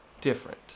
different